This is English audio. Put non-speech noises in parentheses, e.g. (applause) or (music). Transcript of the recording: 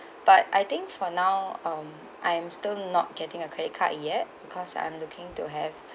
(breath) but I think for now um I'm still not getting a credit card yet because I'm looking to have (breath)